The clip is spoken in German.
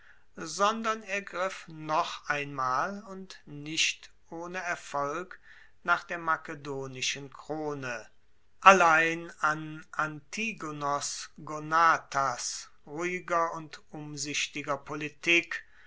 sondern er griff noch einmal und nicht ohne erfolg nach der makedonischen krone allein an antigonos gonatas ruhiger und umsichtiger politik